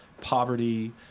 poverty